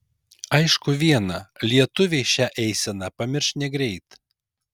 aišku viena lietuviai šią eiseną pamirš negreit